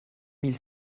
mille